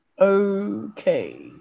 Okay